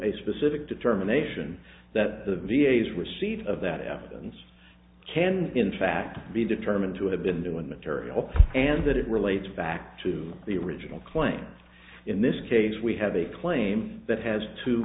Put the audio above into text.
a specific determination that the v a s receipt of that evidence can in fact be determined to have been doing material and that it relates back to the original claim in this case we have a claim that has two